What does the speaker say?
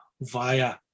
via